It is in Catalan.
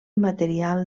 material